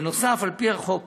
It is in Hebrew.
בנוסף, על-פי החוק,